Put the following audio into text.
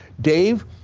Dave